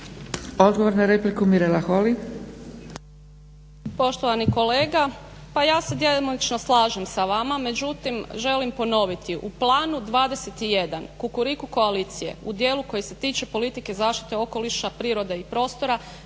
Odgovor na repliku, kolega molim